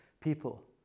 people